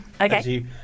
Okay